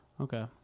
Okay